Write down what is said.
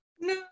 No